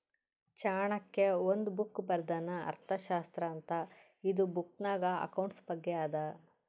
ಚಾಣಕ್ಯ ಒಂದ್ ಬುಕ್ ಬರ್ದಾನ್ ಅರ್ಥಶಾಸ್ತ್ರ ಅಂತ್ ಇದು ಬುಕ್ನಾಗ್ ಅಕೌಂಟ್ಸ್ ಬಗ್ಗೆ ಅದಾ